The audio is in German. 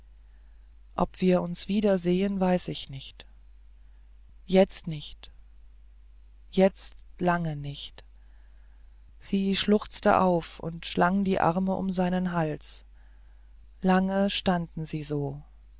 ob wir uns wiedersehen weiß ich nicht jetzt nicht jetzt lange nicht sie schluchzte auf und schlang die arme um seinen hals lange standen sie so